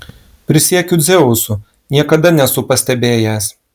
prisiekiu dzeusu niekada nesu pastebėjęs